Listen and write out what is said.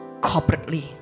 corporately